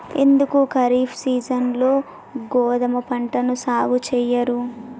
ఎందుకు ఖరీఫ్ సీజన్లో గోధుమ పంటను సాగు చెయ్యరు?